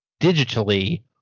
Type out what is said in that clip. digitally